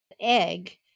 egg